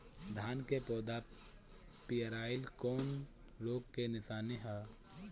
धान के पौधा पियराईल कौन रोग के निशानि ह?